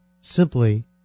simply